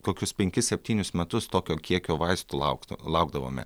kokius penkis septynis metus tokio kiekio vaistų laukt laukdavome